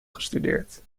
gestudeerd